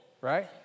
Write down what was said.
right